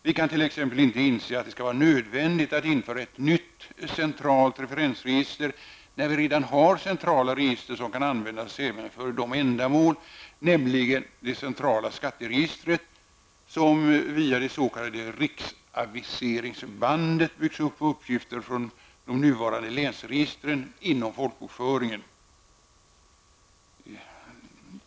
Vi kan t.ex. inte inse att det skall vara nödvändigt att införa ett nytt centralt referensregister, när vi redan har centrala register som kan användas även för sådana ändamål, nämligen det centrala skatteregistret som via det s.k. riksaviseringsbandet byggs upp på uppgifter från de nuvarande länsregistren inom folkbokföringen.